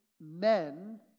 men